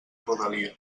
rodalia